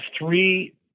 three